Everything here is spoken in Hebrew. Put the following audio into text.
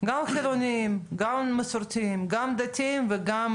גם חילוניים, גם מסורתיים, גם דתיים וגם